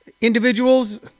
individuals